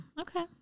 okay